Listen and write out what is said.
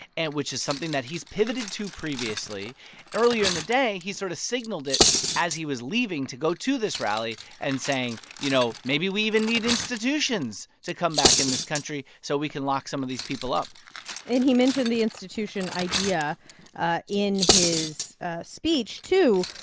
and which is something that he's pivoted to previously. earlier in the day, he sort of signaled it as he was leaving to go to this rally and saying, you know, maybe we even need institutions to come back in this country, so we can lock some of these people up and he mentioned the institution idea ah in his speech, too.